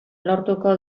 lortuko